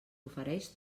ofereix